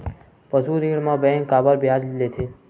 पशु ऋण म बैंक काबर ब्याज लेथे?